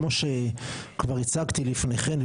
כמו שכבר הצגתי לפני כן,